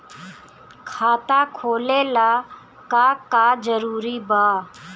खाता खोले ला का का जरूरी बा?